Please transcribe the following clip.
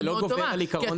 זה לא גובר על עקרון החוק.